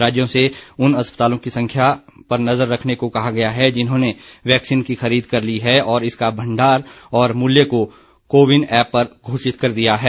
राज्यों से उन अस्पतालों की संख्या पर नजर रखने को कहा गया है जिन्होंने वैक्सीन की खरीद कर ली है और इसका भंडार और मूल्य को विन एप पर घोषित कर दिया है